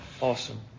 awesome